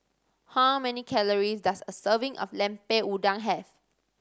how many calories does a serving of Lemper Udang have